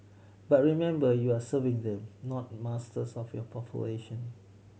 but remember you are serving them not masters of your population